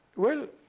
well,